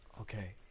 okay